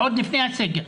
עוד לפני הסגר.